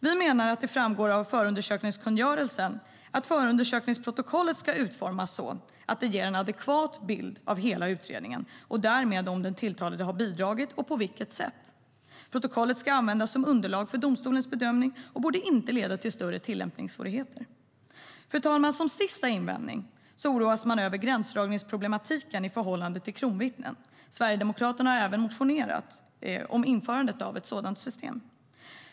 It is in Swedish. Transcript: Vi menar att det framgår av förundersökningskungörelsen att förundersökningsprotokollet ska utformas så att det ger en adekvat bild av hela utredningen och därmed av om den tilltalade har bidragit och på vilket sätt. Protokollet ska användas som underlag för domstolens bedömning och borde inte leda till större tillämpningssvårigheter. Fru talman! Som sista invändning oroas man över gränsdragningsproblematiken i förhållande till kronvittnen. Sverigedemokraterna har även motionerat om införandet av ett sådant system.